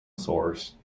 source